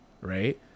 right